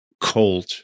cold